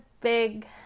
big